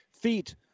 feet